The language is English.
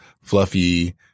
fluffy